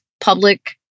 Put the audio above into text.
public